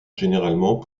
généralement